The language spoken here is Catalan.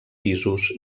pisos